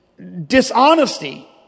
dishonesty